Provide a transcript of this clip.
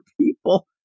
people